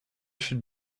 should